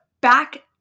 back